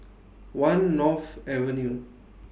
one North Avenue